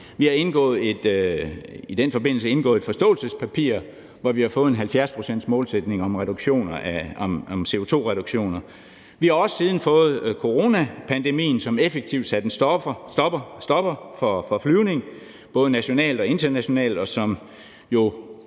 vi har i den forbindelse indgået aftale om et forståelsespapir, hvor vi har fået en 70-procentsmålsætning om CO2-reduktioner. Vi har også siden fået coronapandemien, som effektivt satte en stopper for flyvning både nationalt og internationalt, og som jo